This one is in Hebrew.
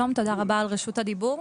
שלום, תודה רבה על רשות הדיבור.